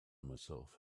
myself